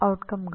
ಅದರ ಅರ್ಥವೇನು